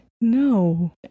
No